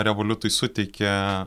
revoliutui suteikė